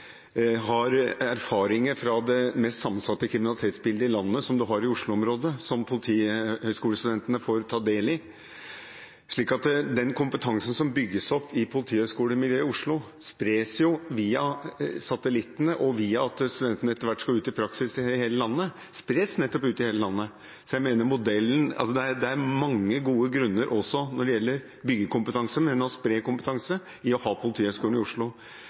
har erfaringer fra det mest sammensatte kriminalitetsbildet i landet, som man har i Oslo-området, og som politihøgskolestudentene får ta del i. Så den kompetansen som bygges opp i politihøgskolemiljøet i Oslo, spres via satellittene og via at studentene etter hvert skal ut i praksis i hele landet – den spres nettopp ut i hele landet. Det er altså mange gode grunner, når det gjelder å bygge kompetanse og å spre kompetanse, til å ha Politihøgskolen i Oslo.